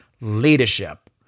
leadership